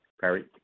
Perry